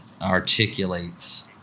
articulates